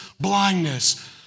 blindness